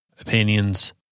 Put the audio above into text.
opinions